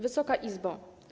Wysoka Izbo!